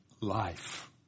life